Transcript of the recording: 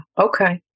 Okay